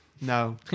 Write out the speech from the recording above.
no